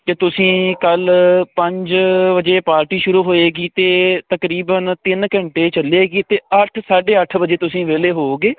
ਤੇ ਤੁਸੀਂ ਕੱਲ ਪੰਜ ਵਜੇ ਪਾਰਟੀ ਸ਼ੁਰੂ ਹੋਏਗੀ ਤੇ ਤਕਰੀਬਨ ਤਿੰਨ ਘੰਟੇ ਚੱਲੇਗੀ ਤੇ ਅੱਠ ਸਾਢੇ ਅੱਠ ਵਜੇ ਤੁਸੀਂ ਵਿਹਲੇ ਹੋਵੋਗੇ